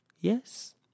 Yes